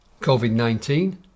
COVID-19